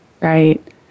Right